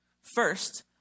First